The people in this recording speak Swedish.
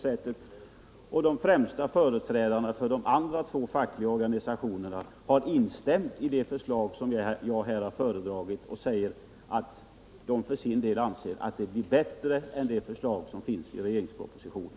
Därtill har de främsta företrädarna för de andra två fackliga organisationerna instämt i det förslag, som jag här har föredragit, och sagt att de för sin del anser att det blir bättre än det förslag som finns i regeringspropositionen.